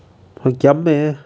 meh